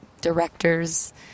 directors